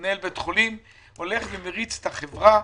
כמנהל בית חולים הייתי מריץ את החברה